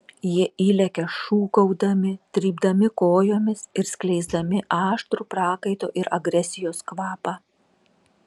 jie įlekia šūkaudami trypdami kojomis ir skleisdami aštrų prakaito ir agresijos kvapą